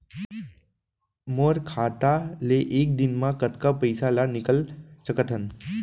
मोर खाता ले एक दिन म कतका पइसा ल निकल सकथन?